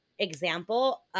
example